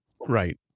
Right